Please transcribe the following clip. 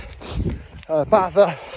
Batha